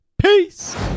Peace